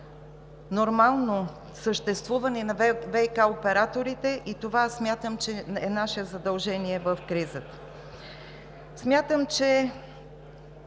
нормално съществуване на ВиК операторите. Смятам, че това е наше задължение в кризата. Смятам, че